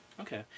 Okay